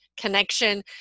connection